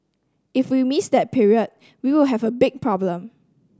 if we miss that period we will have a big problem